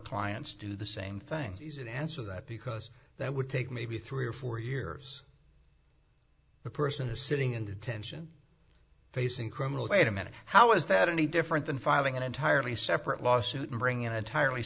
clients do the same thing that answer that because that would take maybe three or four years the person is sitting in detention facing criminal wait a minute how is that any different than filing an entirely separate lawsuit and bring in an entirely